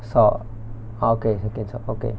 saw oh okay okay saw okay